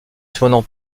cependant